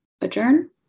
adjourn